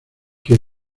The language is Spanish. qué